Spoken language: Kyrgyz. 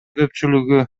көпчүлүгү